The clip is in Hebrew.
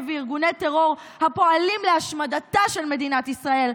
וארגוני טרור הפועלים להשמדתה של מדינת ישראל,